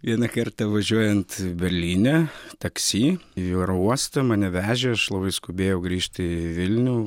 vieną kartą važiuojant berlyne taksi į oro uostą mane vežė aš labai skubėjau grįžt į vilnių